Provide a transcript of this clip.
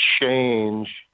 change